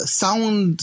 sound